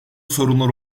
sorunlar